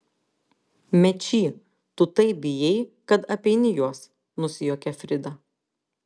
mečy tu taip bijai kad apeini juos nusijuokė frida